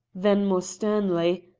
then, more sternly,